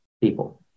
people